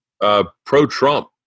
Pro-Trump